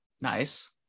Nice